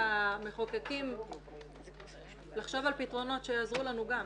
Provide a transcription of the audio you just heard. המחוקקים לחשוב על פתרונות שיעזרו לנו גם.